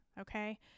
okay